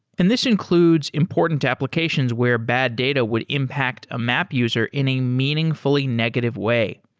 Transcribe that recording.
and this includes important applications where bad data would impact a map user in a meaningfully negative way.